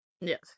Yes